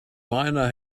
miner